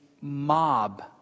mob